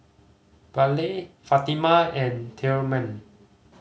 Vallie Fatima and Tilman